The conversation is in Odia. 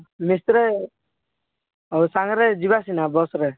ମିସ୍ତ୍ରୀ ହଉ ସାଙ୍ଗରେ ଯିବା ସିନା ବସ୍ରେ